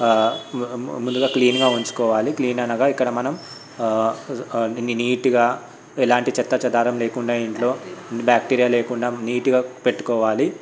ముందుగా క్లీన్గా ఉంచుకోవాలి క్లీన్ అనగా ఇక్కడ మనం నీటుగా ఎలాంటి చెత్తాచెదారం లేకుండా ఇంట్లో బ్యాక్టీరియా లేకుండా నీట్గా పెట్టుకోవాలి